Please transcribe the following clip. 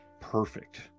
perfect